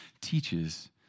teaches